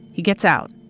he gets out,